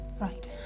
Right